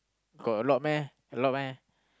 got a lot meh a lot meh